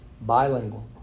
Bilingual